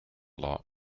lot